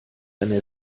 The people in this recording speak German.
eine